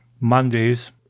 Mondays